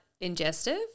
ingestive